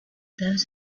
those